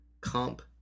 comp